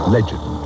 Legend